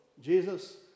Jesus